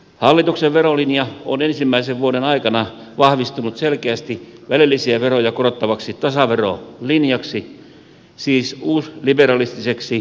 hallituksen verolinja on ensimmäisen vuoden aikana vahvistunut selkeästi välillisiä veroja korottavaksi tasaverolinjaksi siis uusliberalistiseksi umpioikeistolaiseksi verolinjaksi